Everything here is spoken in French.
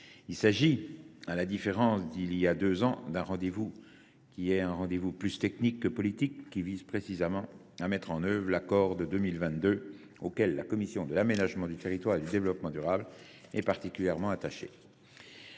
Il s’agit, à la différence d’il y a deux ans, d’un rendez vous plus technique que politique qui vise précisément à mettre en œuvre l’accord de 2022, auquel la commission de l’aménagement du territoire et du développement durable est particulièrement attachée.